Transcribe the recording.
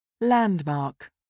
Landmark